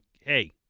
hey